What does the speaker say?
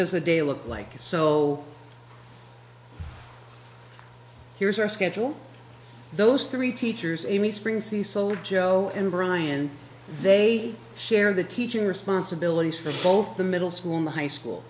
does a day look like so here's our schedule those three teachers in the spring see so joe and brian they share the teaching responsibilities for both the middle school and high school